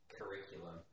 curriculum